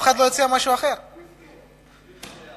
הנושא הבא: קופות-החולים מונעות טיפול חיוני,